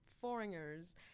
foreigners